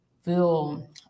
feel